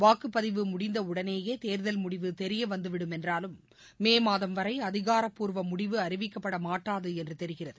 வாக்குப்பதிவு முடிந்தவுடனேயேதே்தல் தெரியவந்துவிடும் என்றாலும் மேமாதம் முடிவு வரைஅதிகாரப்பூர்வமுடிவு அறிவிக்கப்படமாட்டாதுஎன்றுதெரிகிறது